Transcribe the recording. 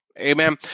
Amen